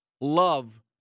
love